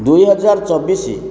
ଦୁଇ ହଜାର ଚବିଶ